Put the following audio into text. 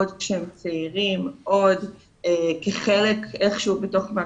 עוד כשהם צעירים,